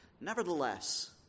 nevertheless